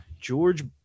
george